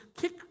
kick